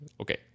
Okay